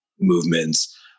movements